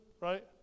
right